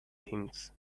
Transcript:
things